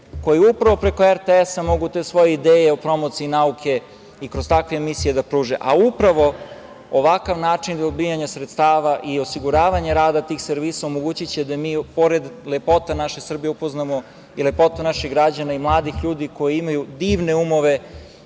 koji upravo preko RTS-a mogu te svoje ideje o promociji nauke i kroz takve emisije da pruže, a upravo ovakav način dobijanja sredstava i osiguravanje rada tih servisa omogućiće da mi pored lepota naše Srbije upoznamo i lepote naših građana i mladih ljudi koji imaju divne umove